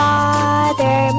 Father